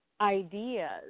ideas